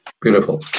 Beautiful